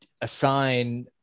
assign